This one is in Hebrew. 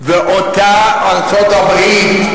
ואותה ארצות-הברית,